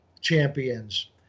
champions